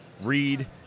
read